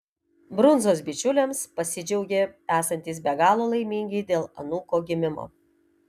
brundzos bičiuliams pasidžiaugė esantys be galo laimingi dėl anūko gimimo